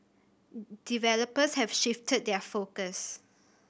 developers have shifted their focus